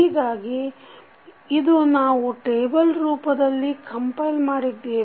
ಹೀಗಾಗಿ ಇದು ನಾವು ಟೇಬಲ್ ರೂಪದಲ್ಲಿ ಕಂಪೈಲ್ ಮಾಡಿದ್ದೇವೆ